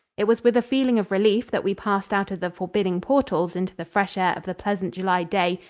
it was with a feeling of relief that we passed out of the forbidding portals into the fresh air of the pleasant july day,